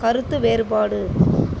கருத்து வேறுபாடு